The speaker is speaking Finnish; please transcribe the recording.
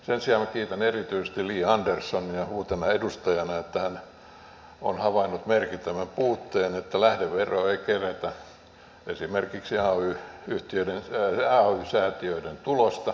sen sijaan kiitän erityisesti li anderssonia että hän on uutena edustajana havainnut sen merkittävän puutteen että lähdeveroa ei kerätä esimerkiksi ay säätiöiden tulosta